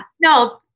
No